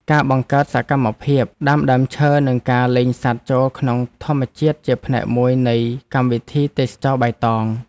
ការបង្កើតសកម្មភាពដាំដើមឈើនិងការលែងសត្វចូលក្នុងធម្មជាតិជាផ្នែកមួយនៃកម្មវិធីទេសចរណ៍បៃតង។